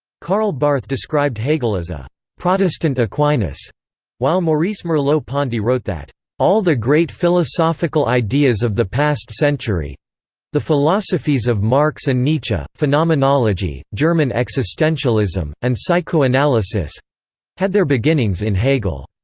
karl barth described hegel as a protestant aquinas while maurice merleau-ponty wrote that all the great philosophical ideas of the past century the philosophies of marx and nietzsche, phenomenology, german existentialism, and psychoanalysis had their beginnings in hegel.